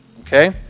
Okay